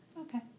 Okay